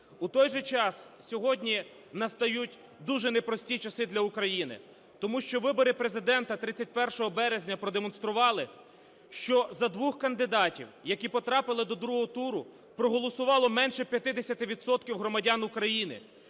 У той же час сьогодні настають дуже непрості часи для України, тому що вибори Президента 31 березня продемонстрували, що за двох кандидатів, які потрапили до другого туру, проголосувало менше 50 відсотків громадян України.